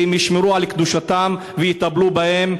שהם ישמרו על קדושתן ויטפלו בהן,